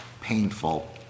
painful